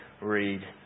read